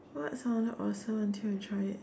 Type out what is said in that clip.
what sounded awesome until you tried it